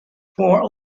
for